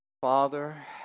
Father